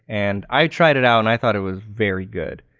and i tried it out and i thought it was very good.